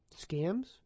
Scams